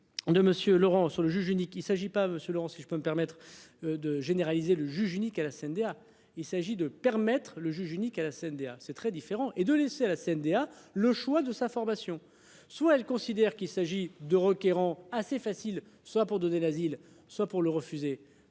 Laurent sur le juge unique. Il s'agit pas selon si je peux me permettre. De généraliser le juge unique à la CNDA. Il s'agit de permettre le juge unique à la CNDA. C'est très dur. Laurent et de laisser la CNDA. Le choix de sa formation, soit elle con. C'est-à-dire qu'il s'agit de requérants assez facile soit pour donner l'asile, soit pour le refuser.